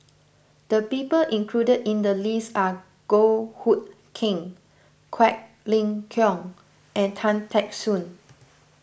the people included in the list are Goh Hood Keng Quek Ling Kiong and Tan Teck Soon